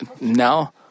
now